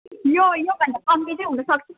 यो यो भन्दा कम्ती चाहिँ हुनु सक्छ